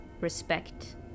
respect